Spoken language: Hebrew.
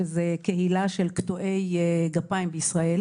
שזאת קהילה של קטועי גפיים בישראל.